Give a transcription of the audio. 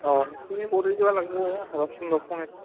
অঁ সেইখিনি কৰি দিব লাগবয়ে ৰ চোন ৰ ফোন এটা